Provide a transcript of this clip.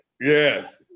Yes